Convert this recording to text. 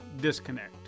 disconnect